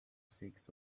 six